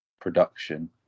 production